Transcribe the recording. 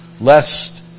lest